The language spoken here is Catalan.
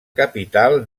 capital